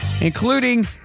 including